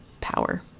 power